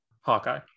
Hawkeye